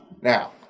Now